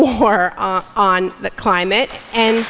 war on the climate and